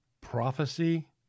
prophecy